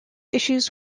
issues